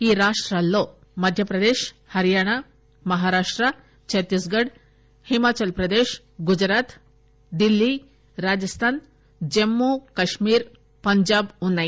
ఈ రాష్టాల్లో మధ్యప్రదేశ్ హర్యానా మహారాష్ట ఛత్తీస్ ఘడ్ హిమాచల్ ప్రదేశ్ గుజరాత్ ఢిల్లీ రాజస్థాన్ జమ్మూ కశ్మీర్ పంజాబ్ లు ఉన్నాయి